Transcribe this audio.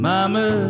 Mama